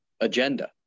agenda